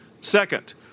Second